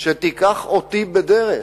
שתיקח אותי בדרך.